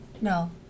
No